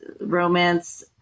Romance